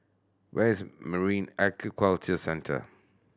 where is Marine Aquaculture Centre